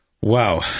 Wow